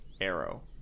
arrow